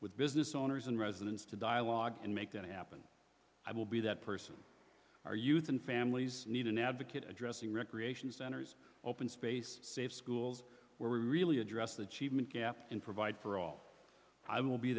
with business owners and residents to dialogue and make that happen i will be that person our youth and families need an advocate addressing recreation centers open space safe schools where we really address the chief gap and provide for all i w